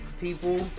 people